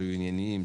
שהיו ענייניים,